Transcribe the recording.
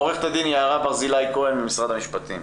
עורכת הדין יערה ברזילי כהן ממשרד המשפטים.